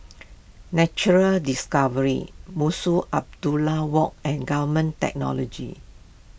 Natural Discovery Munshi Abdullah Walk and Government Technology